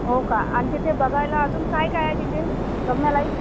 हो का आणि तिथे बघायला अजून काय काय आहे तिथे बघण्यालायक